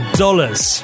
dollars